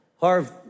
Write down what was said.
Harv